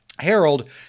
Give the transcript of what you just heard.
Harold